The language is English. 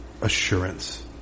assurance